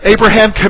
Abraham